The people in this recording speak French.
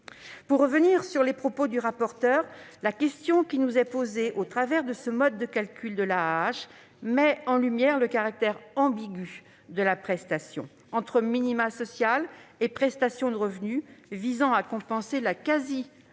Pour revenir sur les propos du rapporteur, je dirai que la question qui nous est posée au travers du mode de calcul de cette allocation met en lumière le caractère ambigu de la prestation, entre minimum social et prestation de revenus visant à compenser la quasi-impossibilité